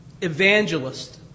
evangelist